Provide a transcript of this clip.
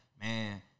man